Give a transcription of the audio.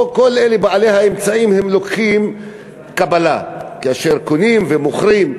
כל אלה בעלי האמצעים לוקחים קבלה כאשר קונים ומוכרים.